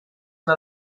una